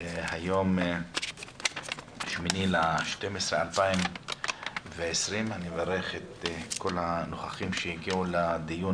היום ה-8 בדצמבר 2020. אני מברך את כל הנוכחים שהגיעו לדיון